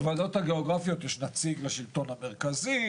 בוועדות הגיאוגרפיות יש נציג לשלטון המרכזי,